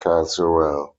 casual